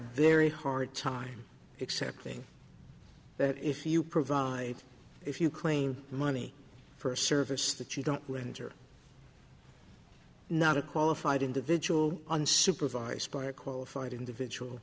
very hard time accepting that if you provide if you claim money for a service that you don't whinge or not a qualified individual unsupervised by a qualified individual